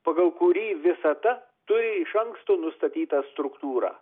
pagal kurį visata turi iš anksto nustatytą struktūrą